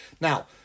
Now